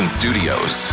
studios